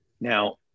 Now